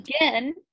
again